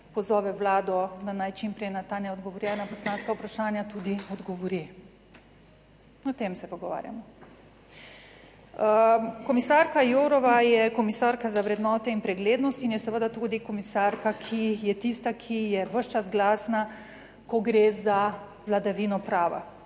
pozove Vlado, da naj čim prej na ta neodgovorjena poslanska vprašanja tudi odgovori. In o tem se pogovarjamo. Komisarka Jourová je komisarka za vrednote in preglednost in je seveda tudi komisarka, ki je tista, ki je ves čas glasna, ko gre za vladavino prava.